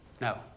No